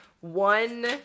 one